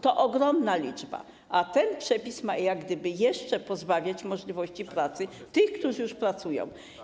To ogromna liczba, a ten przepis ma jeszcze pozbawiać możliwości pracy tych, którzy już pracują.